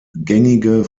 gängige